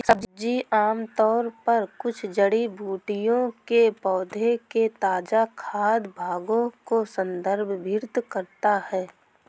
सब्जी आमतौर पर कुछ जड़ी बूटियों के पौधों के ताजा खाद्य भागों को संदर्भित करता है